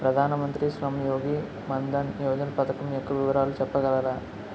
ప్రధాన మంత్రి శ్రమ్ యోగి మన్ధన్ యోజన పథకం యెక్క వివరాలు చెప్పగలరా?